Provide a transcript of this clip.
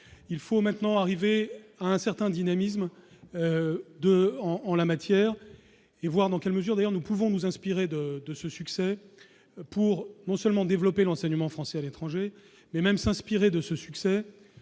il faut maintenant arriver à un certain dynamisme de en en la matière et voir dans quelle mesure, d'ailleurs, nous pouvons nous inspirer de de ce succès pour non seulement développer l'enseignement français à l'étranger, mais même s'inspirer de ce succès